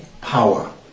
power